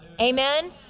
Amen